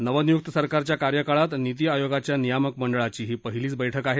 नवं नियुक्त सरकारच्या कार्यकाळात नीती आयोगाच्या नियामक मंडळाची ही पहिलीच बैठक आहे